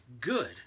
good